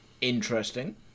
Interesting